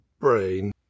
brain